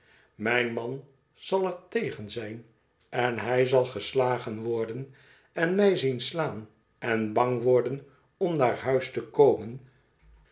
mijn man zal er tegen zijn en hij zal geslagen worden en mij zien slaan en bang worden om naar huis te komen